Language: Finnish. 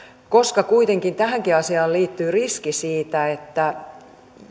koska kuitenkin tähänkin asiaan liittyy riski siitä että